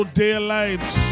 daylights